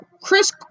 Chris